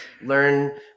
Learn